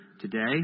today